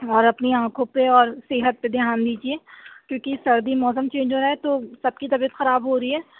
اور اپنی آنکھوں پہ اور صحت پہ دھیان دیجیے کیونکہ سردی میں موسم چینج ہو رہا ہے تو سب کی طبیعت خراب ہو رہی ہے